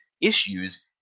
issues